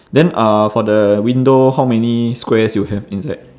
then uh for the window how many squares you have inside